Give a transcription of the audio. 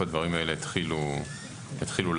והדברים האלה יתחילו לעבוד.